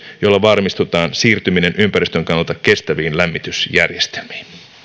jolla varmistetaan siirtyminen ympäristön kannalta kestäviin lämmitysjärjestelmiin